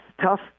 tough